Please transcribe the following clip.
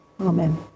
Amen